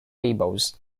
gables